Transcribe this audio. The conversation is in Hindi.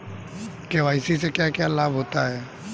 के.वाई.सी से क्या लाभ होता है?